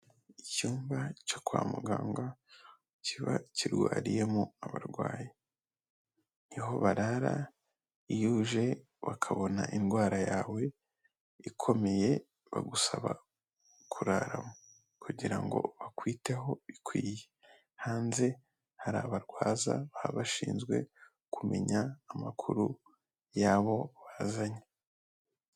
Icyumba cyo kwa muganga kiba kirwariyemo abarwayi, ni ho barara iyo uje bakabona indwara yawe ikomeye bagusaba kuraramo kugira ngo bakwiteho bikwiye, hanze hari abarwaza baba bashinzwe kumenya amakuru y'abo bazanye.